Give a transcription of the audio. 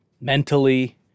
Mentally